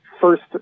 first